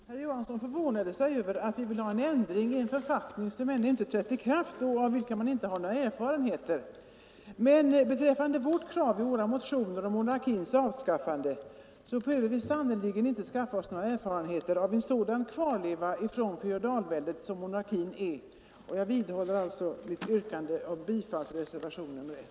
Herr talman! Herr Johansson i Trollhättan förvånade sig över att vi vill ha ändring i en författning som ännu inte har trätt i kraft och av vilken vi inte har några erfarenheter. Men beträffande vårt motionskrav om monarkins avskaffande behöver vi sannerligen inte skaffa oss några erfarenheter av en sådan kvarleva från feodalväldet som monarkin är. Jag vidhåller mitt yrkande om bifall till reservationen 1.